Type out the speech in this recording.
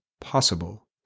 possible